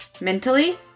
mentally